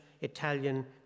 Italian